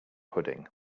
pudding